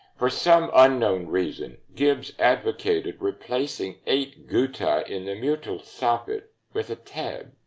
for some unknown reason, gibbs advocated replacing eight guttae in the mutule soffit with a tab.